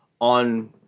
on